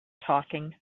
talking